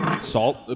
Salt